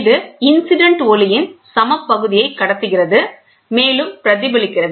இது இன்சிடென்ட் ஒளியின் சம பகுதியை கடத்துகிறது மேலும் பிரதிபலிக்கிறது